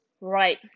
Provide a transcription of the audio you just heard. right